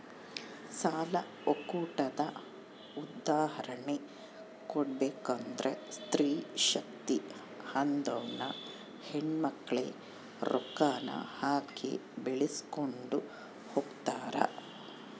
ಸಾಲ ಒಕ್ಕೂಟದ ಉದಾಹರ್ಣೆ ಕೊಡ್ಬಕಂದ್ರ ಸ್ತ್ರೀ ಶಕ್ತಿ ಅದುನ್ನ ಹೆಣ್ಮಕ್ಳೇ ರೊಕ್ಕಾನ ಹಾಕಿ ಬೆಳಿಸ್ಕೊಂಡು ಹೊಗ್ತಾರ